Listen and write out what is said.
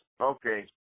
Okay